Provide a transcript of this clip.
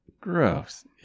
Gross